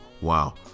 Wow